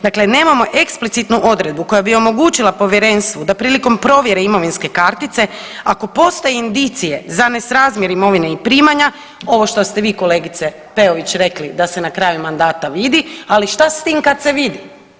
Dakle, nemamo eksplicitnu odredbu koja bi omogućila povjerenstvu da prilikom provjere imovinske kartice ako postoje indicije za nesrazmjer imovine i primanja, ovo što ste vi kolegice Peović rekli da se na kraju mandata vidi, ali šta s tim kad se vidi?